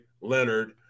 Leonard